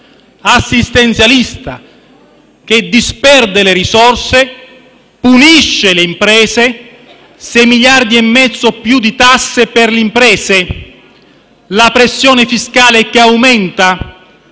assistenzialista, che disperde le risorse, punisce le imprese (6,5 miliardi di euro di più tasse per le imprese). La pressione fiscale aumenta